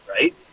Right